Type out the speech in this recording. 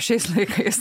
šiais laikais